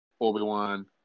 Obi-Wan